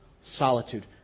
solitude